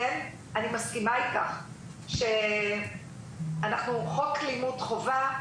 אני מסכימה איתך שאנחנו חוק לימוד חובה,